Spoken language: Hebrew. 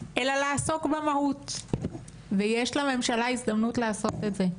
אלא לעסוק במהות ויש לממשלה הזדמנות לעשות את זה.